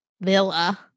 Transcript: villa